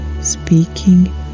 speaking